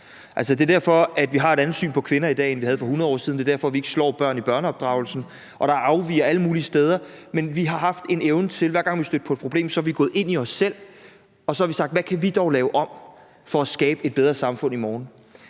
Det er derfor, vi har et andet syn på kvinder i dag, end vi havde for 100 år siden. Det er derfor, vi ikke slår børn i børneopdragelsen. Der er afvigere alle mulige steder, men vi har haft en evne til, hver gang vi er stødt på et problem, at gå ind i os selv, og så har vi sagt: Hvad kan vi dog lave om for at skabe et bedre samfund i morgen?